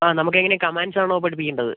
ആ നമുക്ക് എങ്ങനെ കമാൻഡ്സ് ആണോ പഠിപ്പിക്കേണ്ടത്